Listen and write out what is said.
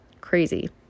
crazy